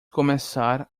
começar